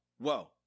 whoa